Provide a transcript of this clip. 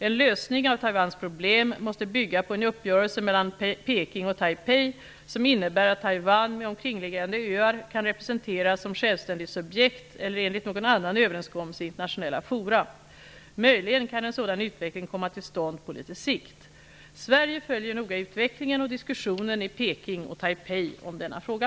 En lösning av Taiwans problem måste bygga på en uppgörelse mellan Peking och Taipei, som innebär att Taiwan med omkringliggande öar kan representeras som självständigt subjekt eller enligt någon annan överenskommelse i internationella forum. Möjligen kan en sådan utveckling komma till stånd på lite sikt. Sverige följer noga utvecklingen och diskussionen i Peking och Taipei om denna fråga.